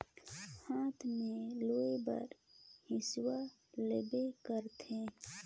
हाथ में लूए बर हेसुवा लगबे करथे